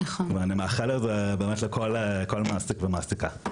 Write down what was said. ואני מאחל באמת לכל מעסיק ומעסיקה.